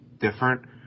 different